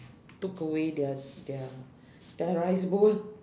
took away their their their rice bowl